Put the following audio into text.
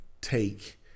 take